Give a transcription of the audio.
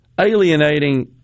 alienating